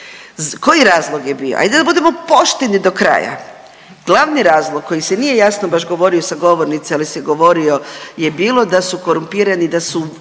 Koji razlog je bio ajde da budemo pošteni do kraja? Glavni razlog koji se nije jasno baš govorio sa govornice, ali se govorio je bilo da su korumpirani i da su